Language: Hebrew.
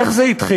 איך זה התחיל?